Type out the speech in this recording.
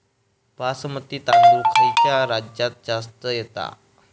बासमती तांदूळ खयच्या राज्यात जास्त येता?